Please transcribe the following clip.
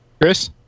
Chris